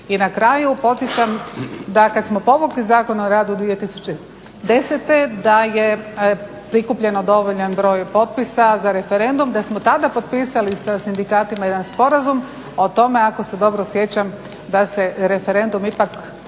I na kraju podsjećam da kada smo povukli Zakon o radu 2010. da je prikupljen dovoljan broj potpisa za referendum, da smo tada potpisali sa sindikatima jedan sporazum o tome, ako se dobro sjećam da se referendum ipak,